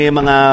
mga